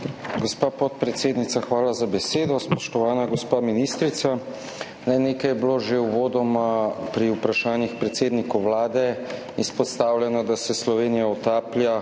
Gospa podpredsednica, hvala za besedo. Spoštovana gospa ministrica, nekaj je bilo že uvodoma pri vprašanjih predsedniku Vlade izpostavljeno, da se Slovenija utaplja